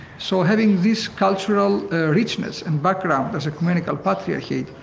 so having this cultural richness and background as ecumenical patriarchy,